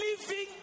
living